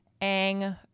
ang